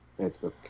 Facebook